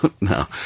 No